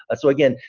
ah so again,